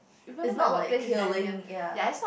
its not like killing ya